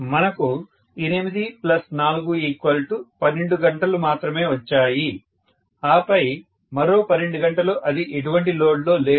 మనకు 8 4 12 గంటలు మాత్రమే వచ్చాయి ఆపై మరో 12 గంటలు అది ఎటువంటి లోడ్లో లేదు